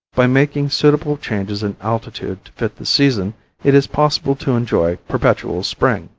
by making suitable changes in altitude to fit the season it is possible to enjoy perpetual spring.